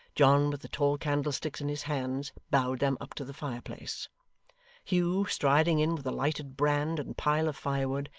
john, with the tall candlesticks in his hands, bowed them up to the fireplace hugh, striding in with a lighted brand and pile of firewood,